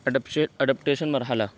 adaptation مرحلہ